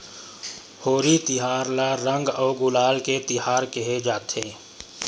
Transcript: होरी तिहार ल रंग अउ गुलाल के तिहार केहे जाथे